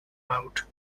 out